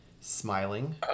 smiling